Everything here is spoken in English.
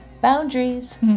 boundaries